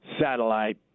satellite